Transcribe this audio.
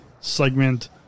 segment